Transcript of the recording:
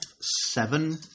seven